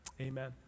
Amen